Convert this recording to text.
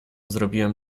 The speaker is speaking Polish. zrobiłem